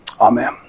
Amen